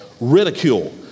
ridicule